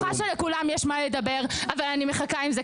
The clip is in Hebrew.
הנכה הקשה,